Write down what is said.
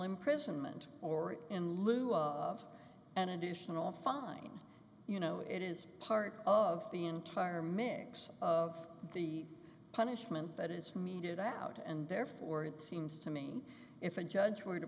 imprisonment or in lieu of an additional fine you know it is part of the entire mix of the punishment but is meted out and therefore it seems to me if a judge were to